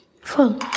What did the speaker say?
Full